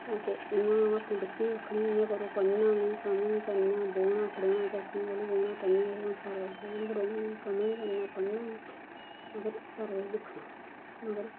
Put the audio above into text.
आं ते उ'यां अपने बच्चें गी आखनी इ'यां करो पढ़ना बी कम्म बी करना बौह्ना खड़ोना चाचियें कोल बी बौह्ना ताई सारें कोल बी बौह्ना खड़ोना बी कम्म बी करना पढ़ना बी मगर सारा किश दिक्खना मगर